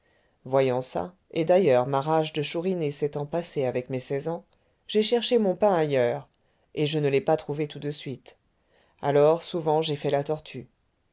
voyant ça et d'ailleurs ma rage de chouriner s'étant passée avec mes seize ans j'ai cherché mon pain ailleurs et je ne l'ai pas trouvé tout de suite alors souvent j'ai fait la tortue